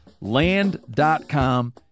Land.com